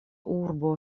urbo